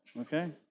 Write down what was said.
okay